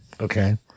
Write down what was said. Okay